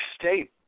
State